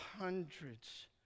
hundreds